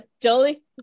Jolie